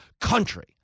country